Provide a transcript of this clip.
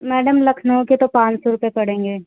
madam Lucknow के तो पाँच सौ रुपए पड़ेंगे